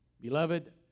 Beloved